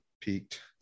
peaked